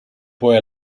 poi